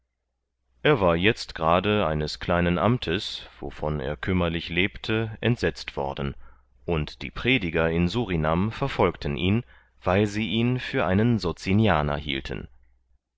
er war jetzt gerade eines kleinen amtes wovon er kümmerlich lebte entsetzt worden und die prediger in surinam verfolgten ihn weil sie ihn für einen socinianer hielten